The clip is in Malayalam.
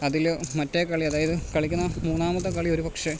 അതില് മറ്റേ കളി അതായത് കളിക്കുന്ന മൂന്നാമത്തെ കളി ഒരുപക്ഷേ